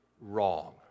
wrong